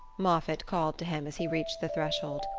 moffatt called to him as he reached the threshold,